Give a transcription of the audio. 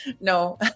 No